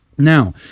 Now